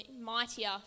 mightier